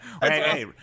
hey